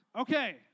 Okay